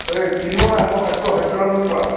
এই চিনি পোৱা নাই মই সত্য সত্যৰঞ্জন বৰা